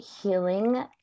healing